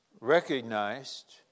recognized